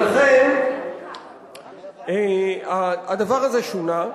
לכן, הדבר הזה שונה.